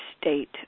state